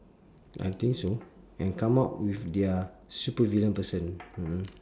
I think so and come up with their supervillain person